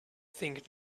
think